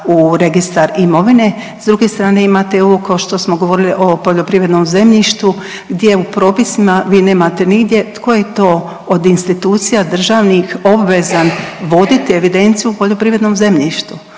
u Registar imovine, s druge strane imate i ovo kao što smo govorili o poljoprivrednom zemljištu gdje u propisima vi nemate nigdje tko je to od institucija državnih obvezan voditi evidenciju o poljoprivrednom zemljištu.